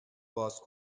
باز